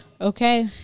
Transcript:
Okay